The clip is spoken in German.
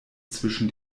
zwischen